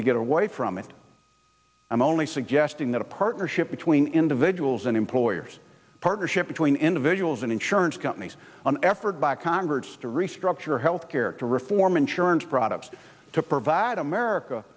we get away from it i'm only suggesting that a partnership between individuals and employers partnership between individuals and insurance companies on an effort by congress to restructure health care to reform insurance products to provide america